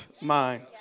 mind